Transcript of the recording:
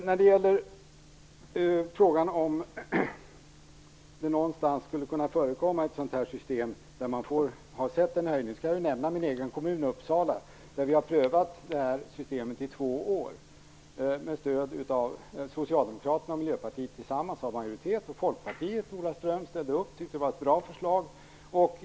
När det gäller frågan om det någonstans skulle kunna förekomma ett sådant här system där man har sett en höjning kan jag nämna min egen kommun, Uppsala, där vi har prövat det här systemet i två år. Socialdemokraterna och Miljöpartiet har tillsammans majoritet och Folkpartiet, Ola Ström, ställde upp och tyckte att det var ett bra förslag.